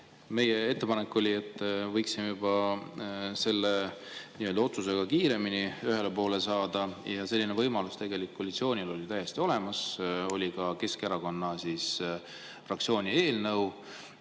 Meie ettepanek oli, et võiksime selle otsusega kiiremini ühele poole saada, ja selline võimalus oli koalitsioonil tegelikult täiesti olemas, oli ka Keskerakonna fraktsiooni eelnõu.